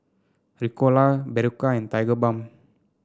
Ricola Berocca and Tigerbalm